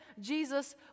Jesus